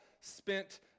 spent